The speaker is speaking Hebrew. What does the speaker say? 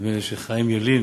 נדמה לי שחיים ילין